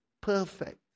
perfect